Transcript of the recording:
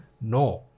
No